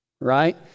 right